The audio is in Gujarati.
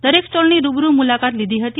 દરેક સ્ટોલની રૂબરૂ મુલાકાત લીધી હતી